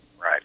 Right